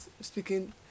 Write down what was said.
speaking